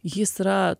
jis yra